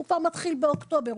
הוא כבר מתחיל באוקטובר.